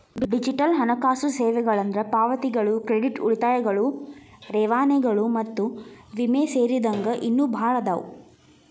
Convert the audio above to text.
digital ಹಣಕಾಸು ಸೇವೆಗಳಂದ್ರ ಪಾವತಿಗಳು ಕ್ರೆಡಿಟ್ ಉಳಿತಾಯಗಳು ರವಾನೆಗಳು ಮತ್ತ ವಿಮೆ ಸೇರಿದಂಗ ಇನ್ನೂ ಭಾಳ್ ಅದಾವ